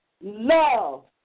love